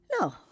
No